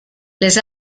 les